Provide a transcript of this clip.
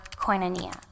koinonia